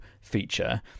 feature